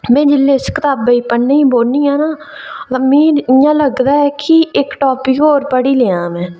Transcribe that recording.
में जेल्लै उस कताबै गी पढ़ने गी बौह्न्नी आं ना ते मिगी इ'यां लगदा कि इक टॉपिक होर पढ़ी लेआं में